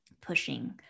pushing